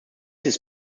his